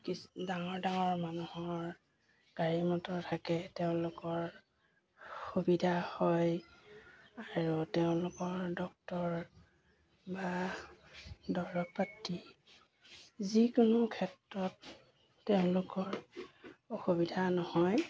কিছু ডাঙৰ ডাঙৰ মানুহৰ গাড়ী মটৰ থাকে তেওঁলোকৰ সুবিধা হয় আৰু তেওঁলোকৰ ডক্তৰ বা দৰৱ পাতি যিকোনো ক্ষেত্ৰত তেওঁলোকৰ অসুবিধা নহয়